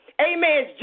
Amen